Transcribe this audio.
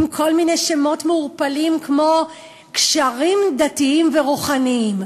כל מיני שמות מעורפלים כמו: קשרים דתיים ורוחניים.